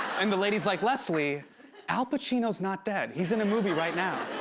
um the lady's like, leslie al pacino's not dead. he's in a movie right now.